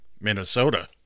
Minnesota